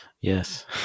yes